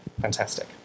fantastic